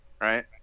Right